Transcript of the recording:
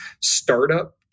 startup